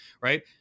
Right